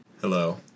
Hello